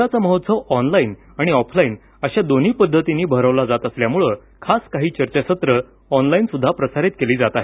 यंदाचा महोत्सव ऑनलाइन आणि ऑफलाइन अशा दोन्ही पद्धतींनी भरवला जात असल्यानं खास काही चर्चासत्रं ऑनलाइनसुद्धा प्रसारित केली जात आहेत